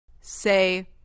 Say